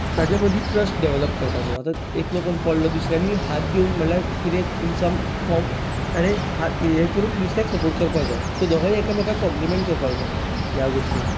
ताचे मदीं trust develop करपाचो आतां एकलो कोण पडलो दुसऱ्यांनी हात दिवून म्हणल्यार कितें इन सम फॉर्म ताणें हात ए करून दुसऱ्याक सपोर्ट करपाक जाय सो दोगांयनी एकामेकाक कॉम्लीमेंट करपाक जाय ह्या गोश्टींत